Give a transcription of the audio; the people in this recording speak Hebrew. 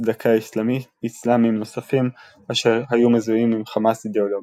צדקה איסלאמיים נוספים אשר היו מזוהים עם חמאס אידאולוגית.